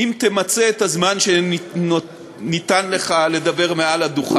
כלשהו אם תמצה את הזמן שניתן לך לדבר מעל הדוכן.